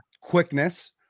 quickness